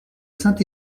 saint